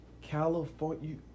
California